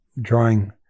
drawing